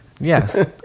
Yes